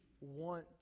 want